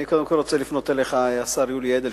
אני קודם כול רוצה לפנות אליך, השר יולי אדלשטיין.